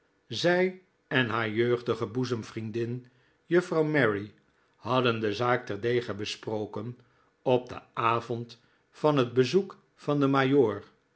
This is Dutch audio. zij en haar jeugdige boezem vriendin juffrouw mary hadden de zaak terdege besproken op den avond van het bezoek van den